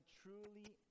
truly